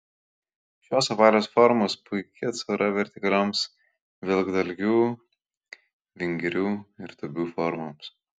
šios apvalios formos puiki atsvara vertikalioms vilkdalgių vingirių ir tūbių formoms